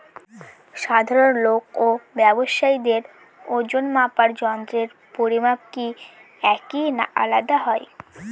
সাধারণ লোক ও ব্যাবসায়ীদের ওজনমাপার যন্ত্রের পরিমাপ কি একই না আলাদা হয়?